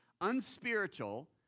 unspiritual